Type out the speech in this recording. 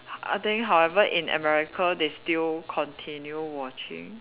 I think however in America they still continue watching